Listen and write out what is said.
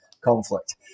conflict